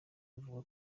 avuga